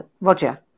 Roger